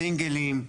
סינגלים,